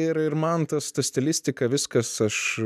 ir ir man tas ta stilistika viskas aš